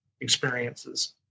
experiences